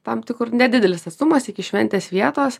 tam tikru nedidelis atstumas iki šventės vietos